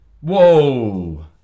whoa